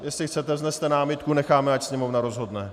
Jestli chcete, vzneste námitku necháme, ať Sněmovna rozhodne.